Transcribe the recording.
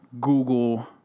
Google